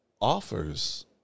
offers